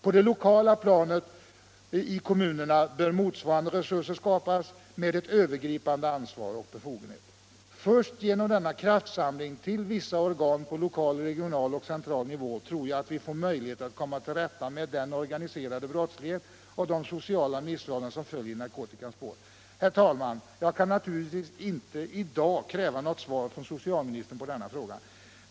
På det lokala planet i kommunerna bör motsvarande resurser med övergripande ansvar och befogenheter skapas. Först genom denna kraftsamling till vissa organ på lokal, regional och central nivån tror jag att vi får möjligheter att komma till rätta med den organiserade brottslighet och de sociala missförhållanden som följer i narkotikans spår. Herr talman! Jag kan naturligtvis inte i dag kräva något svar från socialministern på denna fråga.